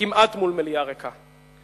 כמעט מול מליאה ריקה.